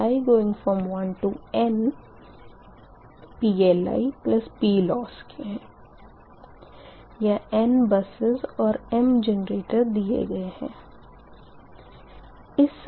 यहाँ n buses और m generator दिए गए है